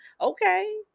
okay